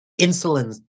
insulin